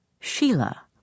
Sheila